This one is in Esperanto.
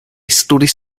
studis